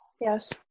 yes